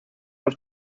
have